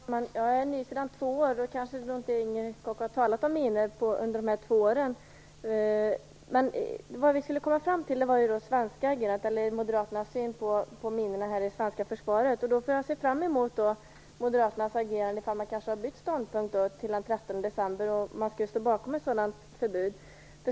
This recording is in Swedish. Herr talman! Jag är ny sedan två år. Kanske har Inger Koch inte talat om minor under dessa två år. Men vi talade om det svenska agerandet och Moderaternas syn på minorna i det svenska försvaret. Jag ser fram emot Moderaternas agerande den 13 december - kanske har man bytt ståndpunkt så att man då står bakom ett förbud.